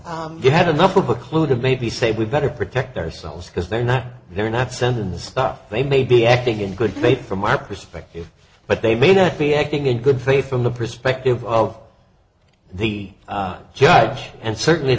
get had enough of a clue to maybe say we better protect ourselves because they're not they're not sending the stuff may be acting in good faith from our perspective but they may not be acting in good faith from the perspective of the judge and certainly